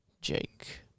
Jake